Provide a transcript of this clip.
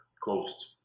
closed